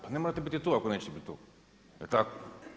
Pa ne morate biti tu ako nećete biti tu jel tako?